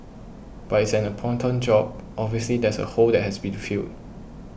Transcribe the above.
but it's an important job obviously there's a hole that has to be to filled